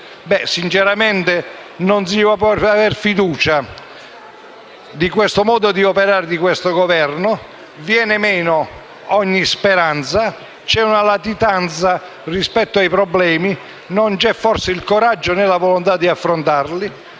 Aula. Sinceramente non si può aver fiducia del modo di operare del Governo. Viene meno ogni speranza; c'è una latitanza rispetto ai problemi perché forse non c'è il coraggio né la volontà di affrontarli.